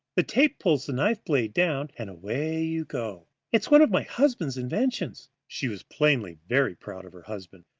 the tape pulls the knife-blade down, and away you go. it's one of my husband's inventions. she was plainly very proud of her husband.